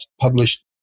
published